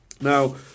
Now